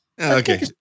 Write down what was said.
Okay